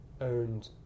owned